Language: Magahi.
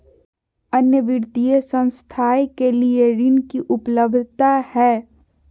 अन्य वित्तीय संस्थाएं के लिए ऋण की उपलब्धता है?